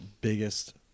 biggest